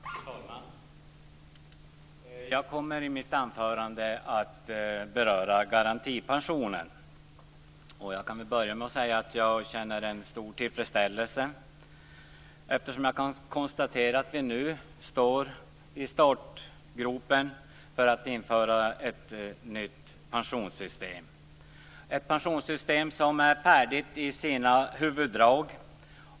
Herr talman! Jag kommer i mitt anförande att beröra garantipensionen. Jag kan börja med att säga att jag känner en stor tillfredsställelse eftersom jag kan konstatera att vi nu står i startgropen för att införa ett nytt pensionssystem. Det är ett pensionssystem som är färdigt i sina huvuddrag.